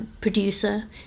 producer